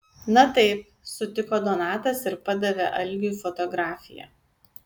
na taip sutiko donatas ir padavė algiui fotografiją